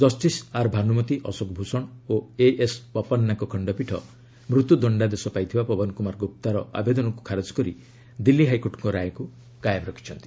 justice R Bhanumati Ashok Bhushan ଓ AS ବୋପନ୍ନାଙ୍କ ଖଣ୍ଡପୀଠ ମୃତ୍ୟୁ ଦଶ୍ଡାଦେ ପାଇଥିବା ପବନ କୁମାର ଗୁପ୍ତାର ଆବେଦନକୁ ଖାରଜ କରି ଦିଲ୍ଲୀ ହାଇକୋର୍ଟଙ୍କ ରାୟକୁ କାଏମ ରଖିଛନ୍ତି